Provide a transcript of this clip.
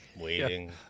waiting